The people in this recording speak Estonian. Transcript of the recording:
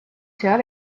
seal